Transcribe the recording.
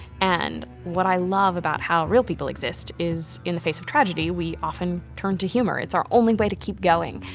and what i love about how real people exist is, in the face of tragedy, we often turn to humor, it's our only way to keep going.